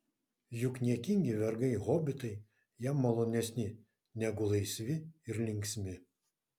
juk niekingi vergai hobitai jam malonesni negu laisvi ir linksmi